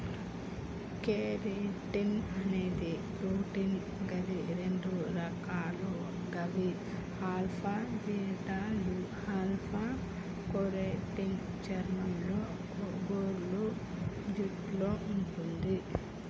keratin అనేది protein గది రెండు రకాలు గవి ఆల్ఫా, బీటాలు ఆల్ఫ కెరోటిన్ చర్మంలో, గోర్లు, జుట్టులో వుంటది